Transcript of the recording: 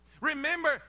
Remember